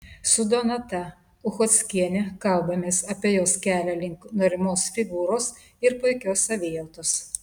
su donata uchockiene kalbamės apie jos kelią link norimos figūros ir puikios savijautos